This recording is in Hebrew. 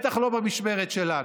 בטח לא במשמרת שלנו.